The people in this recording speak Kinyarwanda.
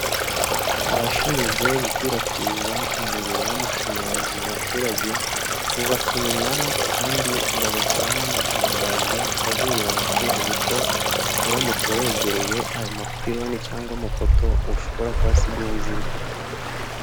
Abashinzwe gukwirakwiza umuriro w'amashanyarazi mu baturage, bubaka iminara kandi bagashyiraho n'amatangazo aburira abaturage ko uramutse wegereye ayo mapiloni cyangwa amapoto ushobora kuhasiga ubuzima.